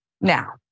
Now